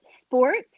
sports